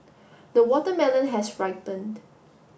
the watermelon has ripened